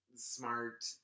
smart